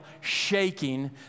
shaking